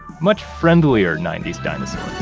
much friendlier ninety s dinosaur.